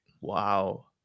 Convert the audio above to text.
wow